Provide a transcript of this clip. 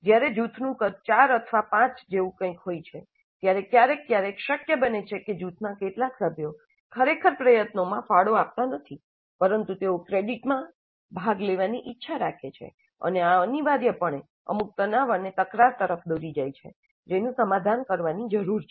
જ્યારે જૂથનું કદ 4 અથવા 5 જેવું કંઈક હોય છે ત્યારે ક્યારેક ક્યારેક શક્ય બને છે કે જૂથના કેટલાક સભ્યો ખરેખર પ્રયત્નોમાં ફાળો આપતા નથી પરંતુ તેઓ ક્રેડિટમાં ભાગ લેવાની ઇચ્છા રાખે છે અને આ અનિવાર્યપણે અમુક તનાવ અને તકરાર તરફ દોરી જાય છે જેનું સમાધાન કરવાની જરૂર છે